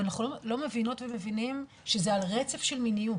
ואנחנו לא מבינות ומבינים שזה על רצף של מיניות,